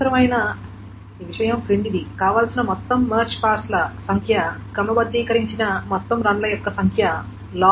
అవసరమైన విషయం క్రిందిది కావాల్సిన మొత్తం మెర్జ్ పాస్ ల సంఖ్య క్రమబద్దీకరించిన మొత్తం రన్ ల యొక్క logM 1